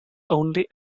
only